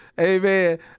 Amen